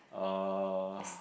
uh